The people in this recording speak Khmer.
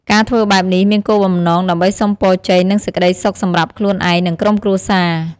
ការធ្វើបែបនេះមានគោលបំណងដើម្បីសុំពរជ័យ និងសេចក្តីសុខសម្រាប់ខ្លួនឯង និងក្រុមគ្រួសារ។